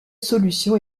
solution